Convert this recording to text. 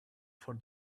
for